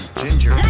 ginger